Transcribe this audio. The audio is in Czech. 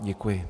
Děkuji.